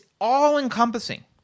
all-encompassing